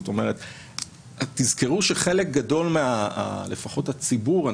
תזכרו שחלק גדול מהציבור,